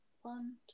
one